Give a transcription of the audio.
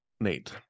Nate